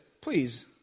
please